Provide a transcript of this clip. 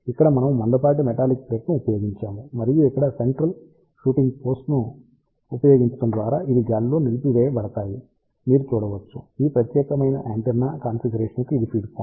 ఇక్కడ మనము మందపాటి మెటాలిక్ ప్లేట్ను ఉపయోగించాము మరియు ఇక్కడ సెంట్రల్ షూటింగ్ పోస్ట్ను ఉపయోగించడం ద్వారా ఇవి గాలిలో నిలిపివేయబడతాయి మీరు చూడవచ్చు ఈ ప్రత్యేకమైన యాంటెన్నా కాన్ఫిగరేషన్కు ఇది ఫీడ్ పాయింట్